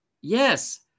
yes